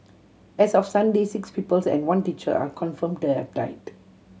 as of Sunday six pupils and one teacher are confirmed to have died